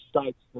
states